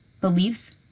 beliefs